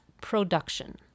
production